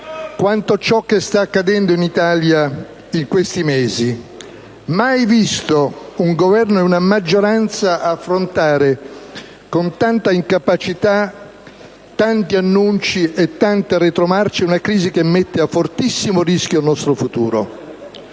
quanto ciò che sta accadendo in Italia in questi mesi, mai visto un Governo e una maggioranza affrontare con tanta incapacità, tanti annunci e tante retromarce una crisi che mette a fortissimo rischio il nostro futuro.